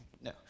No